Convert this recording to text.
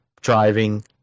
driving